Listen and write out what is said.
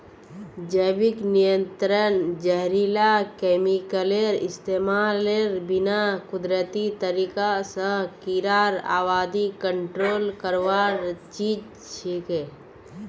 जैविक नियंत्रण जहरीला केमिकलेर इस्तमालेर बिना कुदरती तरीका स कीड़ार आबादी कंट्रोल करवार चीज छिके